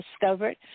discovered